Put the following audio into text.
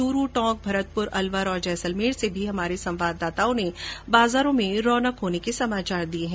चूरू टोंक भरतपुर अलवर और जैसलमेर से भी हमारे संवाददाताओं ने बाजारों में रौनक होने के समाचार दिये हैं